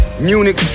Munich